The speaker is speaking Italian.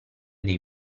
dei